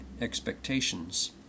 expectations